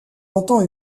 entend